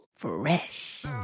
Fresh